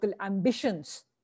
ambitions